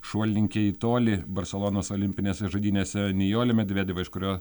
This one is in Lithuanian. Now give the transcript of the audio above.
šuolininkė į tolį barselonos olimpinėse žaidynėse nijolė medvedeva iš kurio